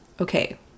okay